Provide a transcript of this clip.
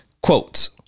Quotes